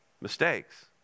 mistakes